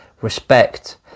respect